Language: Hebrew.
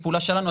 בפעולה שלנו,